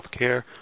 healthcare